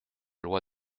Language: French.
loi